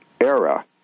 ERA